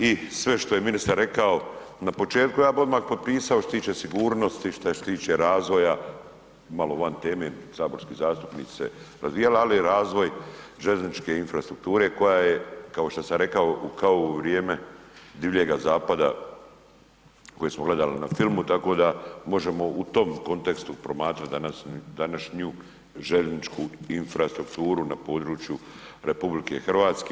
I sve što je ministar rekao na početku ja bih odmah potpisao što se tiče sigurnosti, što se tiče razvoja, malo van teme saborskih zastupnika, ali razvoj željezničke infrastrukture koja je kao što sam rekao kao u vrijeme Divljega zapada koje smo gledali na filmu, tako da možemo u tom kontekstu promatrati današnju željezničku infrastrukturu na području RH.